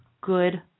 Good